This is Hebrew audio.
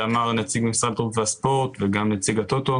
נציג הטוטו.